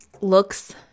looks